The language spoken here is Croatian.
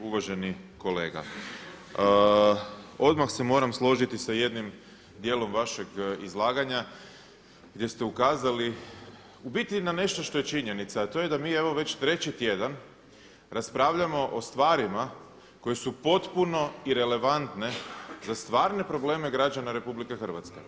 Uvaženi kolega odmah se moram složiti sa jednim dijelom vašeg izlaganja gdje ste ukazali u biti na nešto što je činjenica, a to je da mi evo već treći tjedan raspravljamo o stvarima koje su potpuno irelevantne za stvarne probleme građana Republike Hrvatske.